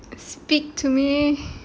speak to me